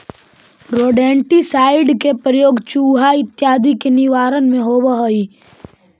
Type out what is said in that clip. rodenticide के प्रयोग चुहा इत्यादि के निवारण में होवऽ हई